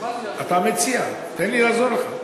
אתה המציע, תן לי לעזור לך.